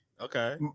okay